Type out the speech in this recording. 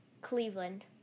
Cleveland